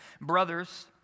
Brothers